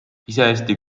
iseasi